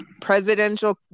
presidential